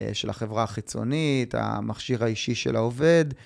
של החברה החיצונית, המכשיר האישי של העובד.